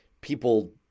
people